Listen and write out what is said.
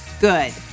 Good